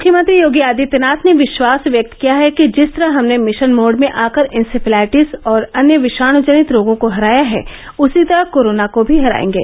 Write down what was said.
मुख्यमंत्री योगी आदित्यनाथ ने विश्वास व्यक्त किया है कि जिस तरह हमने मिशन मोड में आकर इंसेफ्लाइटिस और अन्य विषाणजनित रोगों को हराया है उसी तरह कोरोना को भी हराएंगे